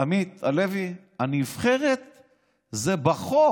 עמית הלוי, זה בחוק.